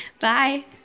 Bye